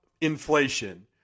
inflation